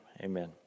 Amen